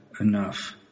enough